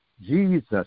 Jesus